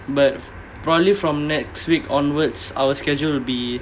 but probably from next week onwards our schedule will be